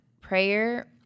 prayer